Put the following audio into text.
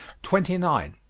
twenty nine.